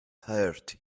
hurt